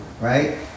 right